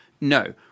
no